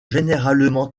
généralement